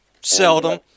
seldom